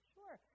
Sure